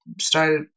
started